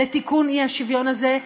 לתיקון האי-שוויון הזה,